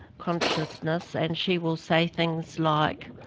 consciousness, and she will say things like,